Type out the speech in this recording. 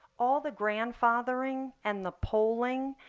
all the grandfathering and the polling,